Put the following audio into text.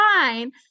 fine